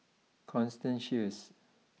Constance Sheares